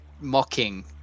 mocking